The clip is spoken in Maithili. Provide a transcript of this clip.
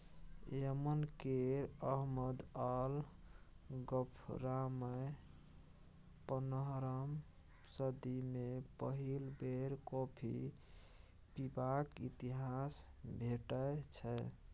यमन केर अहमद अल गफ्फारमे पनरहम सदी मे पहिल बेर कॉफी पीबाक इतिहास भेटै छै